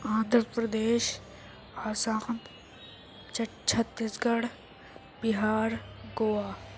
آندھرا پردیش آسام چھ چھتیس گڑھ بہار گوا